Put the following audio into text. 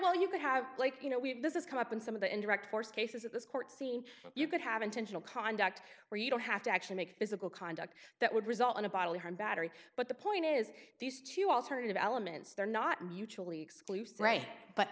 well you could have like you know we have this is come up in some of the indirect force cases of this court scene you could have intentional conduct where you don't have to actually make physical conduct that would result in a bodily harm battery but the point is these two alternative elements they're not mutually exclusive right but